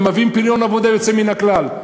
הם מביאים פריון עבודה יוצא מן הכלל.